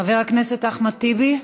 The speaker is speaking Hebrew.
חבר הכנסת אחמד טיבי,